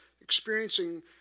experiencing